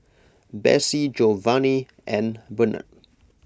Bessie Jovany and Bernard